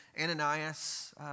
Ananias